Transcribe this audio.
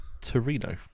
Torino